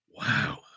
wow